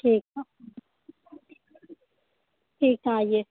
ठीक हँ ठीक हँ आइए